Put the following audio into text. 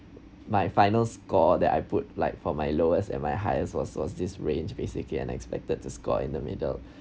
my final score that I put like for my lowest and my highest was was this range basically unexpected to score in the middle